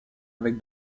avec